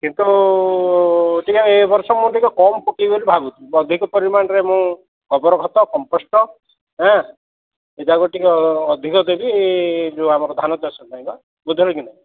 କିନ୍ତୁ ଟିକିଏ ଏଇ ବର୍ଷ ମୁଁ ଟିକିଏ କମ୍ ପକେଇବି ବୋଲି ଭାବୁଛି ଅଧିକ ପରିମାଣରେ ମୁଁ ଗୋବର ଖତ କମ୍ପୋଷ୍ଟ ହେଁ ଏଯାକ ଟିକିଏ ଅଧିକ ଦେବି ଯେଉଁ ଆମର ଧାନ ଚାଷ ପାଇଁ ବା ବୁଝିଲ କି ନାହିଁ